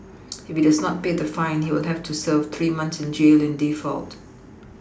if he does not pay the fine he will have to serve three months in jail in default